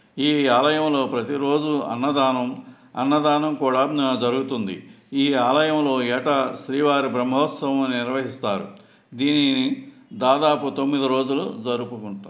ఈ ఆలయంలో ప్రతీరోజు అన్నదానం అన్నదానం కూడా జరుగుతుంది ఈ ఆలయంలో ఏటా శ్రీవారి బ్రహ్మోత్సవం నిర్వహిస్తారు దీనిని దాదాపు తొమ్మిది రోజులు జరుపుకుంటారు